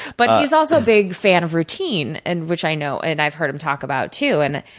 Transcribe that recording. but, he's also a big fan of routine, and which i know and i've heard him talk about, too. and,